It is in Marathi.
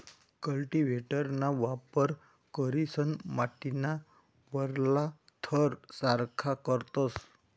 कल्टीव्हेटरना वापर करीसन माटीना वरला थर सारखा करतस